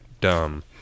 dumb